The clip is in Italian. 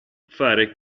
fare